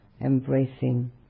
Embracing